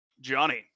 Johnny